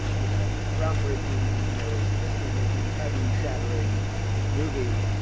you know, groundbreaking, you know, history making, taboo shattering movie.